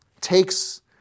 takes